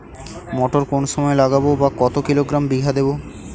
মটর কোন সময় লাগাবো বা কতো কিলোগ্রাম বিঘা দেবো?